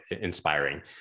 inspiring